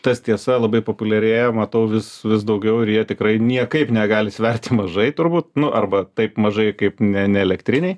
tas tiesa labai populiarėja matau vis vis daugiau ir jie tikrai niekaip negali sverti mažai turbūt nu arba taip mažai kaip ne neelektriniai